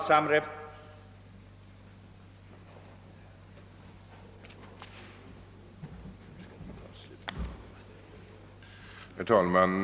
Herr talman!